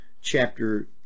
chapter